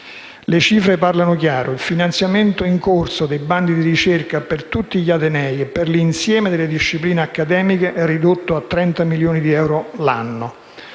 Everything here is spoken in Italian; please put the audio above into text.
Le cifre parlano chiaro. Il finanziamento in corso dei bandi di ricerca per tutti gli atenei e per l'insieme delle discipline accademiche è ridotto a 30 milioni di euro all'anno.